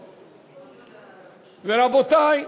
רבותי,